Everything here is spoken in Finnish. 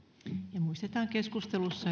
ja muistetaan keskustelussa